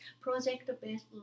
project-based